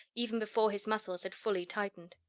even before his muscles had fully tightened.